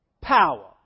Power